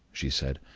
she said,